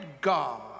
God